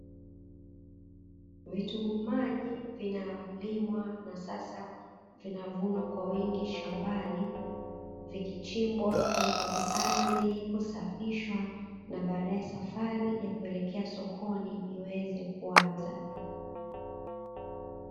Vitunguu maji vinalimwa, na sasa vinavunwa kwa wingi shambani, vikichimbwa kutoka kwenye ardhi, kusafishwa, na baadae safari ya kuelekea sokoni iweze kuanza.